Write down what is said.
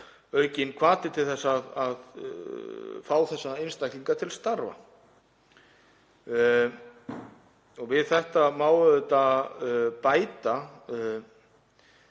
aukinn hvati til að fá þessa einstaklinga til starfa. Við þetta má auðvitað bæta